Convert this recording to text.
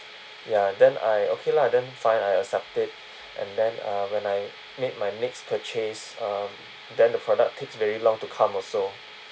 ya then I okay lah then fine I accept it and then uh when I made my next purchase uh then the product takes very long to come also